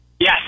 Yes